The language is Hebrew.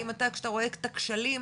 האם אתה כשאתה רואה את הכשלים